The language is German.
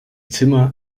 zimmer